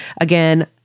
Again